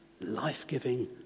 life-giving